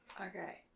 Okay